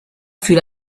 fut